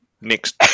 next